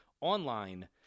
online